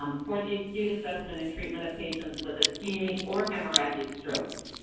um for the acute assessment and treatment of patients with ischemic or hemorrhagic stroke.